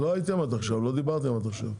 לא הייתם עד עכשיו, לא דיברתם עד עכשיו.